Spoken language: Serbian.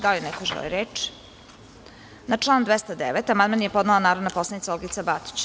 Da li neko želi reč? (Ne) Na član 209. amandman je podnelanarodna poslanicaOlgica Batić.